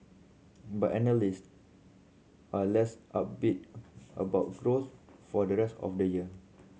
but analyst are less upbeat about growth for the rest of the year